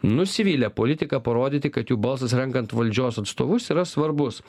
nusivylę politika parodyti kad jų balsas renkant valdžios atstovus yra svarbus